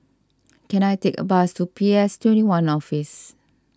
can I take a bus to P S twenty one Office